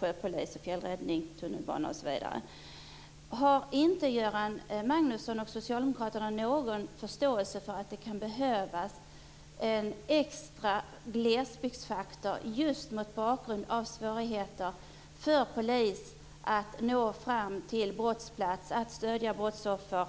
Det gäller t.ex. Magnusson och Socialdemokraterna inte någon förståelse för att det kan behövas en extra glesbygdsfaktor just mot bakgrund av svårigheter för polis att nå fram till brottsplats, att stödja brottsoffer,